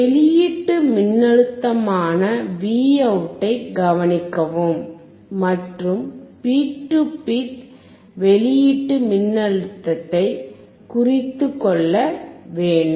வெளியீட்டு மின்னழுத்தமான Voutஐ கவனிக்கவும் மற்றும் பீக் டு பீக் வெளியீட்டு மின்னழுத்தத்தை குறித்துக்கொள்ள வேண்டும்